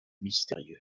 mystérieux